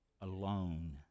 alone